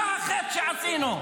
מה החטא שעשינו?